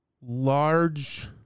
large